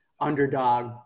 underdog